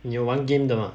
你有玩 game 的吗